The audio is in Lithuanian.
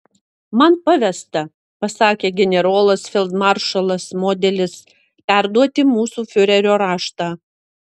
man pavesta pasakė generolas feldmaršalas modelis perduoti mūsų fiurerio raštą